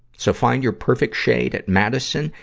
so find your perfect shade at madison-reed.